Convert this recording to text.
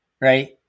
right